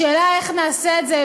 השאלה איך נעשה את זה,